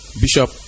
Bishop